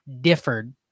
differed